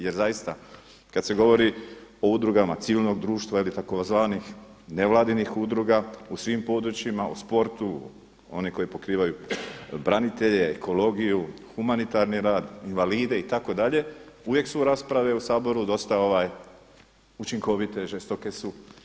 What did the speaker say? Jer zaista kada se govori o udrugama civilnog društva ili tzv. nevladinih udruga u svim područjima, u sportu, one koje pokrivaju branitelje, ekologiju, humanitarni rad, invalide itd. uvijek su rasprave u Saboru dosta učinkovite, žestoke su.